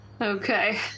Okay